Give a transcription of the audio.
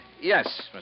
yes